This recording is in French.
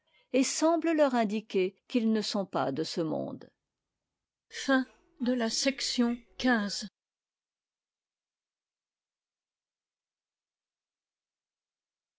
et semme leur indiquer qu'ils ne sont pas de ce monde chapitre xv